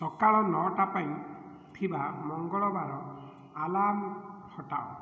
ସକାଳ ନଅଟା ପାଇଁ ଥିବା ମଙ୍ଗଳବାର ଆଲାର୍ମ ହଟାଅ